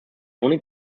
only